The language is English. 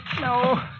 No